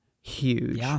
huge